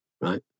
right